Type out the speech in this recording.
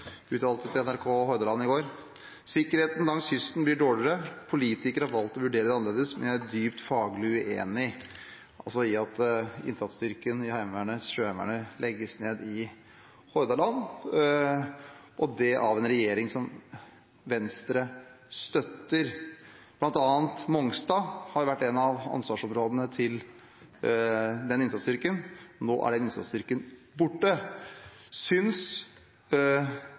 uttalte til NRK Hordaland i går: «Sikkerheten langs kysten blir dårligere. Politikerne har valgt å vurdere det annerledes, men jeg er dypt faglig uenig.» Han er altså uenig i at innsatsstyrken i Sjøheimevernet legges ned i Hordaland, og det av en regjering som Venstre støtter. Blant annet Mongstad har vært et av ansvarsområdene til den innsatsstyrken. Nå er den innsatsstyrken borte.